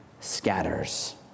scatters